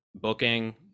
booking